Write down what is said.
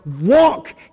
walk